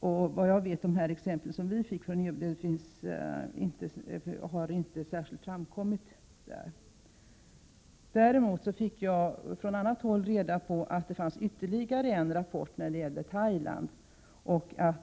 Såvitt jag vet berörs inte de exempel som vi fick av UD. Däremot fick jag på annat håll höra att det finns ytterligare en rapport när det gäller Thailand.